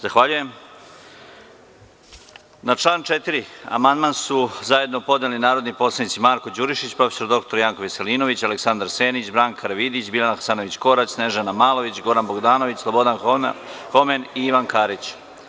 Na član 4. amandman su zajedno podneli narodni poslanici Marko Đurišić, prof. dr Janko Veselinović, Aleksandar Senić, Branka Karavidić, Biljana Hasanović Korać, Snežana Malović, Goran Bogdanović, Slobodan Homen i Ivan Karić.